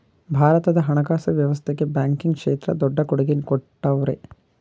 ಭಾರತದ ಹಣಕಾಸು ವ್ಯವಸ್ಥೆಗೆ ಬ್ಯಾಂಕಿಂಗ್ ಕ್ಷೇತ್ರ ದೊಡ್ಡ ಕೊಡುಗೆ ಕೊಟ್ಟವ್ರೆ